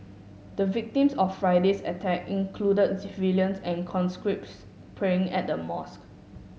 the victims of Friday's attack included civilians and conscripts praying at the mosque